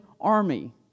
army